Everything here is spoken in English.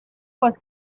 was